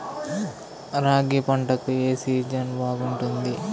రాగి పంటకు, ఏ సీజన్ బాగుంటుంది?